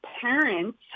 parents